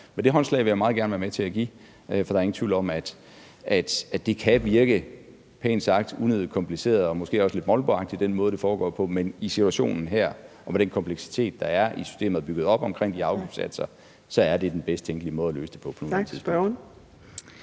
Men det håndslag vil jeg meget gerne være med til at give, for der er ingen tvivl om, at den måde, det foregår på, kan virke – pænt sagt – unødigt kompliceret og måske også lidt molboagtigt, men i situationen her og med den kompleksitet, der er i systemet, og som er bygget op omkring de afgiftssatser, så er det den bedst tænkelige måde at løse det på